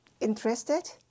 interested